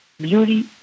beauty